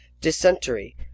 dysentery